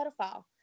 pedophile